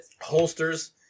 holsters